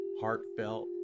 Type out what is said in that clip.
heartfelt